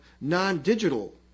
non-digital